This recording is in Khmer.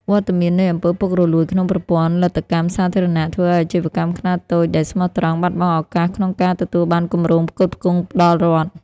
វត្តមាននៃ អំពើពុករលួយ ក្នុងប្រព័ន្ធលទ្ធកម្មសាធារណៈ ធ្វើឱ្យអាជីវកម្មខ្នាតតូចដែលស្មោះត្រង់ បាត់បង់ឱកាសក្នុងការទទួលបានគម្រផ្គត់ផ្គង់ដល់រដ្ឋ។